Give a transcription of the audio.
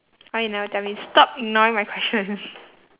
why you never tell me stop ignoring my question